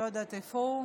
לא יודעת איפה הוא,